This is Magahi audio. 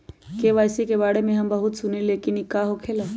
के.वाई.सी के बारे में हम बहुत सुनीले लेकिन इ का होखेला?